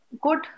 good